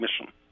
mission